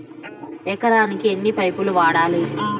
ఎకరాకి ఎన్ని పైపులు వాడాలి?